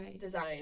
design